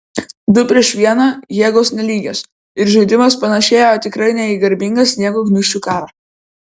du prieš vieną jėgos nelygios ir žaidimas panašėjo tikrai ne į garbingą sniego gniūžčių karą